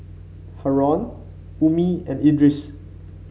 Haron Ummi and Idris